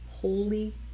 holy